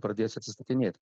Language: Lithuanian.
pradės atsiskaitinėt